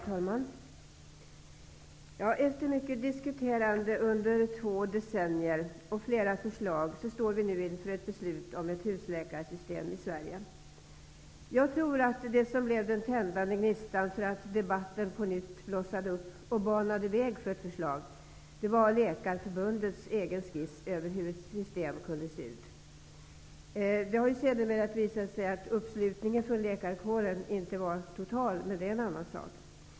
Herr talman! Efter mycket diskuterande under två decennier och flera förslag, står vi nu inför ett beslut om ett husläkarsystem i Sverige. Jag tror att det som blev den tändande gnistan och som gjorde att debatten på nytt blossade upp och banade väg för ett förslag var Läkarförbundets egen skiss över hur ett system kunde se ut. Det har sedermera visat sig att uppslutningen från läkarkåren inte var total, men det är en annan sak.